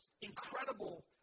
incredible